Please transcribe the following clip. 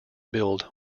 build